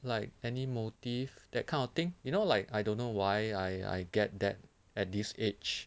like any motive that kind of thing you know like I don't know why I I get that at this age